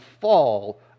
fall